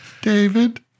David